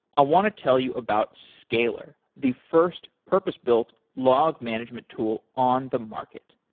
i want to tell you about scalyr, the first purpose built log management tool on the market.